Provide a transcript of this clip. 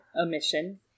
omission